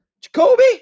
Jacoby